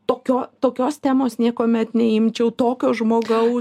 tokio tokios temos niekuomet neimčiau tokio žmogaus